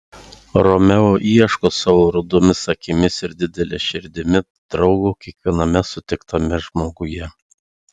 romeo ieško savo rudomis akimis ir didele širdimi draugo kiekviename sutiktame žmoguje